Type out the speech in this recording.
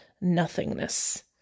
nothingness